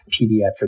pediatric